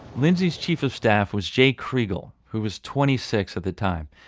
lindsay's chief of staff was jay kriegel, who was twenty six at the time.